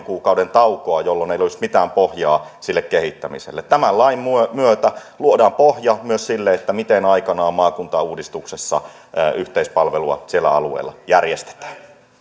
kuukauden taukoa jolloin meillä ei olisi mitään pohjaa sille kehittämiselle tämän lain myötä luodaan pohja myös sille miten aikanaan maakuntauudistuksessa yhteispalvelua siellä alueella järjestetään